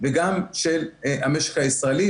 וגם של המשק הישראלי.